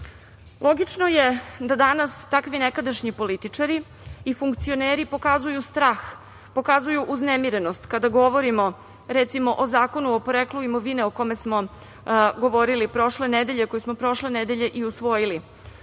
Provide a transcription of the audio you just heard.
SNS.Logično je da danas takvi nekadašnji političari i funkcioneri pokazuju strah, pokazuju uznemirenost kada govorimo, recimo, o Zakonu o poreklu imovine, o kome smo govorili prošle nedelje, koji smo prošle nedelje i usvojili.